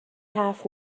حرف